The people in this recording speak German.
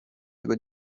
über